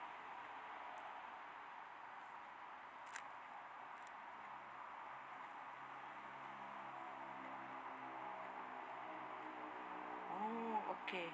orh okay